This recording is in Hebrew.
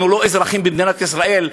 אנחנו לא אזרחים במדינת ישראל?